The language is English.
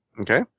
Okay